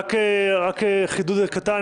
רק חידוד קטן,